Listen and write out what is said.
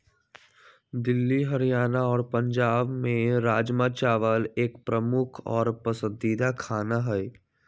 दिल्ली हरियाणा और पंजाब में राजमा चावल एक प्रमुख और पसंदीदा खाना हई